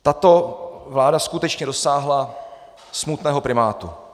Tato vláda skutečně dosáhla smutného primátu.